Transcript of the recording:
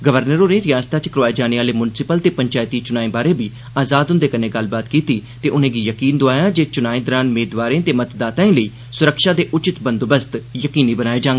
governor होरे रिआसता च करोआए जाने आहले मुंसिपल ते पंचैती चुनाए बारै बी आजाद हुंदे कन्नै गल्लबात कीती ते उनेंगी यकीन दोआया जे चुनाए दौरान मेदवारे ते मतदाताए लेई सुरक्षा दे उचित बंदोबस्त कीते जाडन